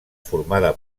formada